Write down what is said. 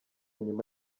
nyuma